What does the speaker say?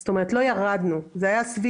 זאת אומרת לא ירדנו, זה היה סביב